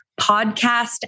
podcast